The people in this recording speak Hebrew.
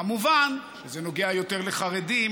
כמובן שזה נוגע יותר לחרדים.